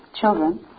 children